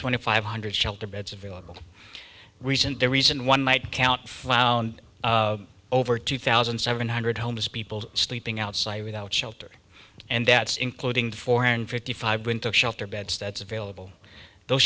twenty five hundred shelter beds available recent the reason one might count found over two thousand seven hundred homeless people sleeping outside without shelter and that's including four hundred fifty five winter shelter beds that's available those